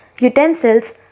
utensils